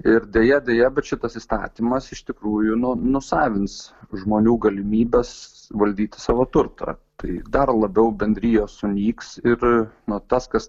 ir deja deja bet šitas įstatymas iš tikrųjų nu nusavins žmonių galimybes valdyti savo turtą tai dar labiau bendrijos sunyks ir nu tas kas